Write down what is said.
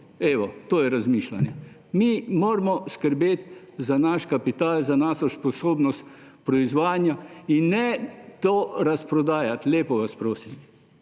Evo, to je razmišljanje. Mi moramo skrbeti za naš kapital, za našo sposobnost proizvajanja. In ne tega razprodajati, lepo vas prosim.